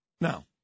now